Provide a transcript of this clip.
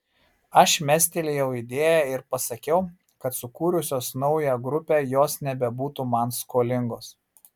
aš mestelėjau idėją ir pasakiau kad sukūrusios naują grupę jos nebebūtų man skolingos